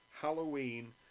Halloween